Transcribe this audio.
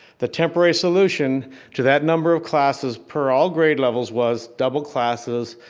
the temporary solution to that number of classes per all grade levels was, double classes,